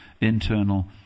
internal